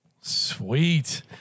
Sweet